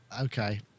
Okay